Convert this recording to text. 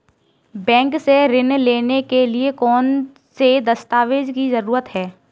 Bank से ऋण लेने के लिए कौन से दस्तावेज की जरूरत है?